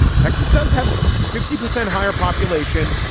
texas does have fifty percent higher population.